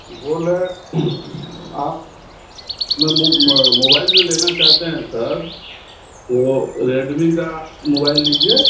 आप मतलब मोबाइल में जो लेना चाहते हैं सर वो रेडमी का मोबाइल लीजिए